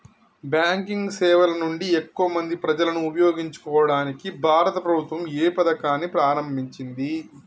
Banking సేవల నుండి ఎక్కువ మంది ప్రజలను ఉపయోగించుకోవడానికి భారత ప్రభుత్వం ఏ పథకాన్ని ప్రారంభించింది?